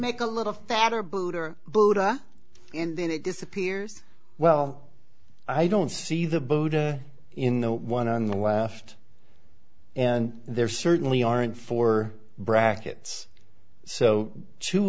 make a little fatter buddha buddha and then it disappears well i don't see the buddha in the one on the left and there certainly aren't four brackets so two